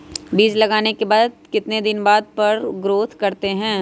बीज लगाने के बाद कितने दिन बाद पर पेड़ ग्रोथ करते हैं?